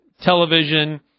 television